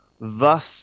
Thus